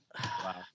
Wow